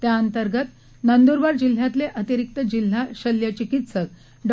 त्याअंतर्गत नंदुरबार जिल्ह्यातले अतिरिक्त जिल्हा शल्य चिकित्सक डॉ